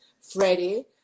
Freddie